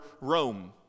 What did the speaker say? Rome